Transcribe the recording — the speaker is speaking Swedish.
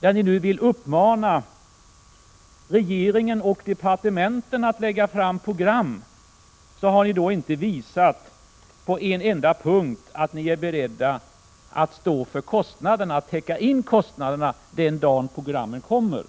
När ni vill uppmana regeringen och departementen att lägga fram program, har ni inte på en enda punkt visat att ni är beredda att täcka in kostnaderna den dag programmen kommer.